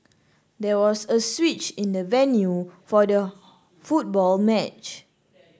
there was a switch in the venue for the football match